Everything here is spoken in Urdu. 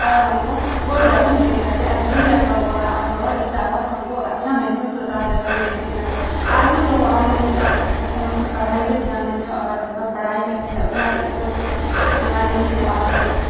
اور ہم کو وہ ٹرافی میرے گھر پہ ابھی بھی رکھا ہوا ہے اور بہت اچھا بہت ہم کو اچھا محسوس ہوتا ہے جب ہم دیکھتے ہیں تو آگے تو ہم نہیں اب بس ہم اپنے پڑھائی پہ دھیان دیتے ہیں اور اب بس پڑھائی کرتے ہیں اتنا بھی اسپورٹس پہ دھیان نہیں دے پاتے ہیں